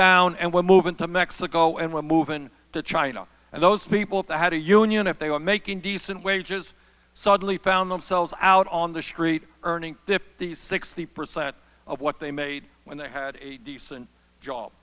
down and we're moving to mexico and we're moving to china and those people that had a union if they were making decent wages suddenly found themselves out on the street earning fifty sixty percent of what they made when they had a decent job